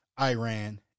Iran